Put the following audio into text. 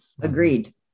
Agreed